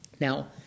Now